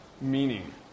meaning